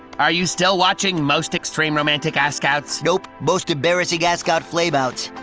are you still watching most extreme romantic ask-outs? nope. most embarrassing ask-out flame-outs.